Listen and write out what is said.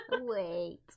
wait